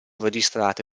registrate